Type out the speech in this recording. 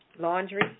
Laundry